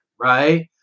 right